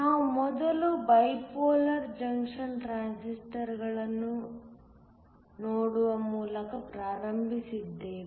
ನಾವು ಮೊದಲು bipolar junction ಟ್ರಾನ್ಸಿಸ್ಟರ್ಗಳನ್ನು ನೋಡುವ ಮೂಲಕ ಪ್ರಾರಂಭಿಸಿದ್ದೇವೆ